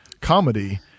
comedy